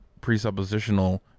presuppositional